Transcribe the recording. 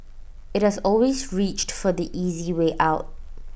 IT has always reached for the easy way out